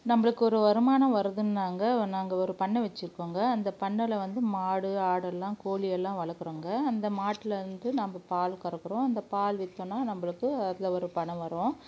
நம்பளுக்கு ஒரு வருமானம் வருதுன்னாங்க நாங்கள் ஒரு பண்ணை வைச்சுருக்கோங்க அந்த பண்ணையில் வந்து மாடு ஆடு எல்லாம் கோழியெல்லாம் வளர்க்குறோங்க அந்த மாட்டிலருந்து நம்ப பால் கறக்கிறோம் அந்த பால் விற்றோனா நம்பளுக்கு அதில் ஒரு பணம் வரும்